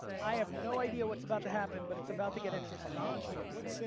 i have no idea what's about to happen but it's about to get interesting, kiara.